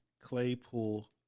Claypool